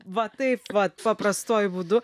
va taip vat paprastuoju būdu